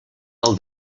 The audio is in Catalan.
del